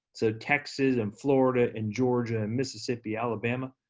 so texas, and florida, and georgia, and mississippi, alabama.